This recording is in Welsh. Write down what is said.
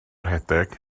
rhedeg